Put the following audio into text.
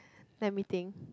let me think